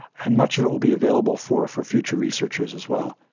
and much of it will be available for for future researchers as well.